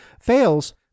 fails